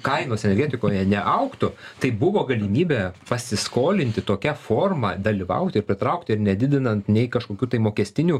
kainos energetikoje neaugtų tai buvo galimybė pasiskolinti tokia forma dalyvauti ir pritraukti ir nedidinant nei kažkokių tai mokestinių